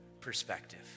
perspective